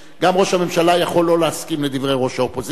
גם ראש הממשלה יכול לא להסכים לדברי ראש האופוזיציה,